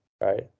right